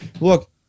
Look